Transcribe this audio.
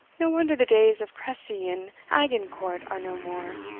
no wonder the days of cressy and agincourt are no more,